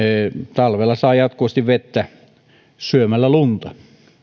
talvella saa jatkuvasti vettä syömällä lunta